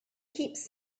keeps